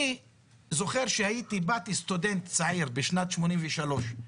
אני זוכר שבאתי סטודנט צעיר בשנת 1983,